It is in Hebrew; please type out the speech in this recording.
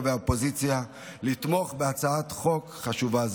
והאופוזיציה לתמוך בהצעת חוק חשובה זו.